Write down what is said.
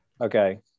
Okay